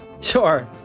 Sure